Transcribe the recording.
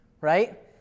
right